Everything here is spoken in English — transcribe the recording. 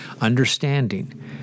understanding